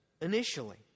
initially